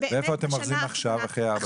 ואיפה אתם אוחזים עכשיו אחרי ארבע שנים?